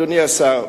אדוני השר,